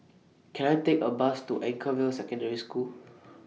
Can I Take A Bus to Anchorvale Secondary School